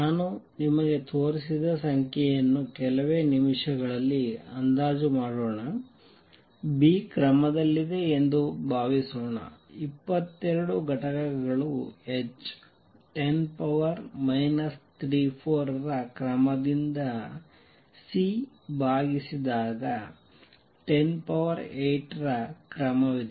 ನಾನು ನಿಮಗೆ ತೋರಿಸಿದ ಸಂಖ್ಯೆಯನ್ನು ಕೆಲವೇ ನಿಮಿಷಗಳಲ್ಲಿ ಅಂದಾಜು ಮಾಡೋಣ B ಕ್ರಮದಲ್ಲಿದೆ ಎಂದು ಭಾವಿಸೋಣ 22 ಘಟಕಗಳು h 10 34 ರ ಕ್ರಮದಿಂದ C ಭಾಗಿಸಿದಾಗ 108 ರ ಕ್ರಮವಿದೆ